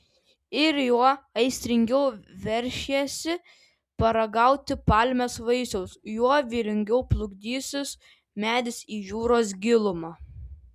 ir juo aistringiau veršiesi paragauti palmės vaisiaus juo vylingiau plukdysis medis į jūros gilumą